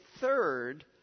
third